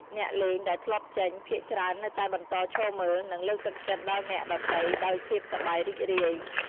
អ្នកលេងដែលធ្លាក់ចេញ ភាគច្រើននៅតែបន្តឈរមើល និងលើកទឹកចិត្តដល់អ្នកដទៃដោយភាពសប្បាយរីករាយ។